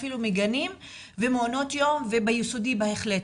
אפילו מהגן ומעונות היום וביסודי בהחלט.